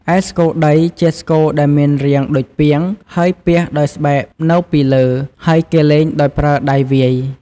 ឯស្គរដី ជាស្គរដែលមានរាងដូចពាង ហើយពាសដោយស្បែកនៅពីលើ ហើយគេលេងដោយប្រើដៃវាយ។